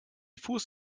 fuß